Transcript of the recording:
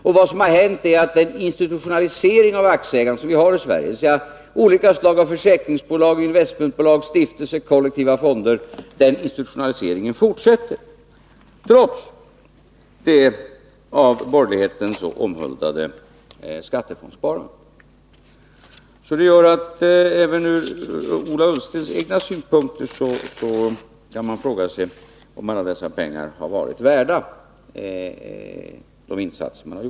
Det som har hänt är att den institutionalisering av aktieägandet som vi har i Sverige — olika slag av försäkringsbolag, investmentbolag, stiftelser, kollektiva fonder — fortsätter, trots det av borgerligheten så omhuldade skattefondssparandet. Det gör att man även från Ola Ullstens egna synpunkter kan fråga sig om de insatser som gjorts har varit värda alla dessa pengar.